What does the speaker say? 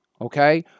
Okay